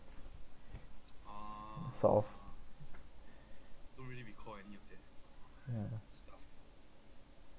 sort of yah